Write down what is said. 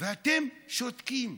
ואתם שותקים.